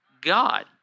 God